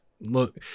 look